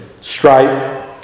Strife